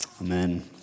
Amen